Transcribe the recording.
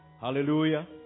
Hallelujah